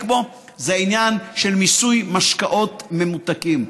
בו זה עניין המיסוי של משקאות ממותקים.